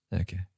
Okay